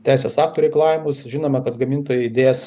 teisės aktų reikalavimus žinoma kad gamintojai dės